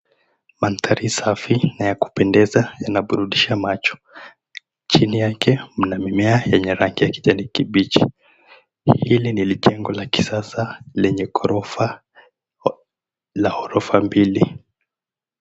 Mandhari safi inayokupendeza yana burudisha macho. Chini yake mna mimea yenye rangi ya kijani kibichi. Hili ni lijengo la kisasa la ghorofa mbili.